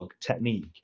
technique